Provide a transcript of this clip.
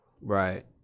right